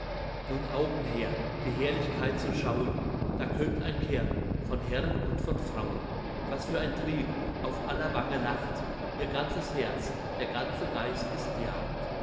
nun augen her die herrlichkeit zu schauen da kömmt ein kern von herren und von frauen was für ein trieb auf aller wange lacht ihr ganzes herz der ganze geist ist jagd